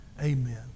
Amen